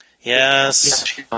Yes